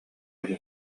үһү